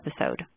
episode